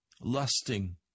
lusting